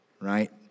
right